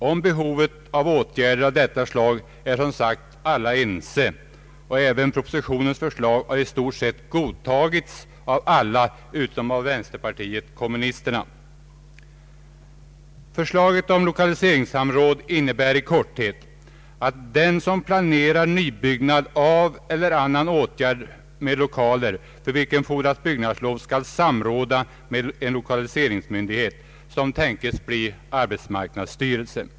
Om behovet av åtgärder av detta slag är som sagt alla ense, och propositionens förslag har i stort sett godtagits av alla utom av vänsterpartiet kommunisterna. Förslaget om lokaliseringssamråd innebär i korthet att den som planerar nybyggnad av eller annan åtgärd med lokaler, för vilken fordras byggnadslov, skall samråda med en lokaliseringsmyndighet som tänkes bli arbetsmarknadsstyrelsen.